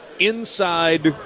inside